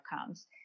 outcomes